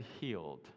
healed